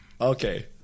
Okay